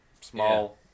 small